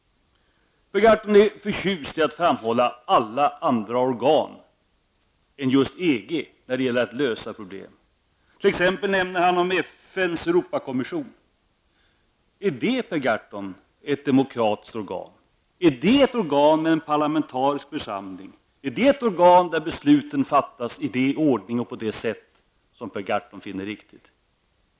Per Gahrton är förtjust i att framhålla alla andra organ än just EG när det gäller att lösa problem. Han nämnde t.ex. FNs Europakommission. Är det, Per Gahrton, ett demokratiskt organ? Är det ett organ med en parlamentarisk församling, är det ett organ där besluten fattas i den ordning och på det sätt som Per Gahrton finner riktigt?